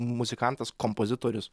muzikantas kompozitorius